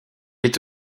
est